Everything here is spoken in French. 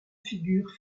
figures